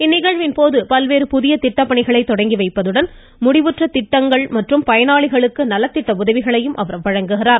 இந்நிகழ்வின் போது பல்வேறு புதிய திட்டப்பணிகளை துவக்கி வைப்பதோடு முடிவுற்ற திட்டங்களை தொடங்குவதுடன் பயனாளிகளுக்கு நலத்திட்ட உதவிகளையும் வழங்குகிறார்